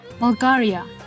Bulgaria